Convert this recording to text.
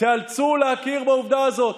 תיאלצו להכיר בעובדה הזאת,